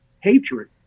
hatred